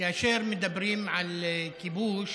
כאשר מדברים על כיבוש,